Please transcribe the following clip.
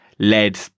Led